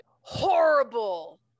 horrible